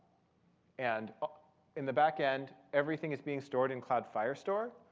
and in the back end, everything is being stored in cloud firestore,